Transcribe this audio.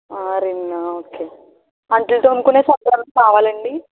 Rin okay అంట్లు తోముకునే సబ్బులు ఏమన్న కావాల అండి